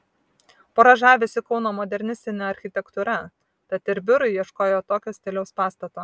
pora žavisi kauno modernistine architektūra tad ir biurui ieškojo tokio stiliaus pastato